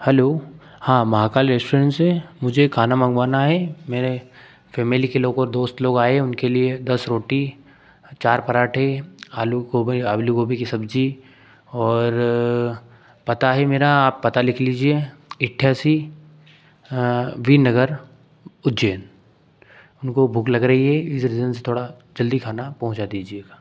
hello हाँ Mahakal restaurant से मुझे खाना मंगवाना है मेरे फैमिली के लोग और दोस्त लोग आए उनके लिए दस रोटी चार पराठे आलू गोभे आलू गोभी की सब्जी और पता है मेरा आप पता लिख लीजिए अट्ठासी वी नगर उज्जैन उनको भूख लग रही है से थोड़ा जल्दी खाना पहुंचा दीजिएगा